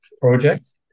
projects